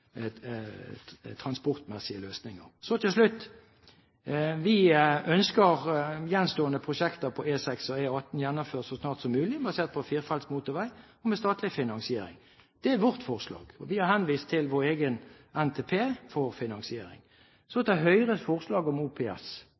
transportmessige løsninger. Så til slutt: Vi ønsker gjenstående prosjekter på E6 og E18 gjennomført så snart som mulig, basert på firefelts motorvei og med statlig finansiering. Det er vårt forslag. Vi har henvist til vår egen NTP for finansiering. Så til Høyres forslag om OPS.